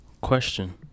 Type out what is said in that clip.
Question